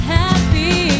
happy